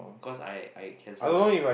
cause I I cancel my